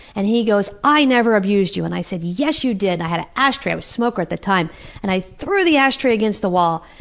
and he goes, i never abused you and i said, yes, you did! i had an ashtray i was a smoker at the time and i threw the ashtray against the wall,